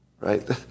right